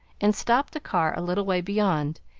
and stopped the car a little way beyond,